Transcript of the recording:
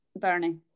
Bernie